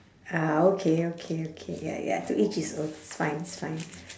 ah okay okay okay ya ya to each his own it's fine it's fine